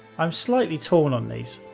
i'm slightly torn on these.